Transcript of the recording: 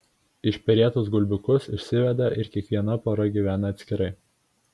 išperėtus gulbiukus išsiveda ir kiekviena pora gyvena atskirai